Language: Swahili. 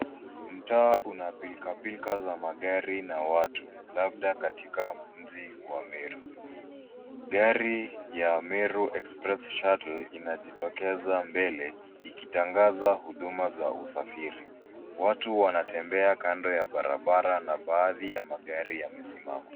Mtaa unapilka pilka za magari na watu labda katika mji wa Meru. Gari ya Meru Express Shuttle inajitokeza mbele ikitangaza huduma za usafiri. Watu wanatembea kando ya barabara na baadhi ya magari yamesimama.